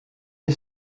est